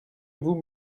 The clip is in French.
vous